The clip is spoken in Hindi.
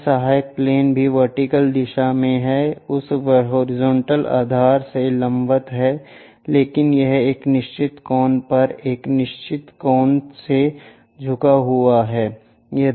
यह सहायक प्लेन भी वर्टिकल दिशा में उस हॉरिजॉन्टल आधार से लंबवत है लेकिन यह एक निश्चित कोण पर एक निश्चित कोण से एक झुका हुआ प्लेन है